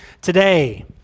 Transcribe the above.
Today